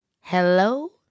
Hello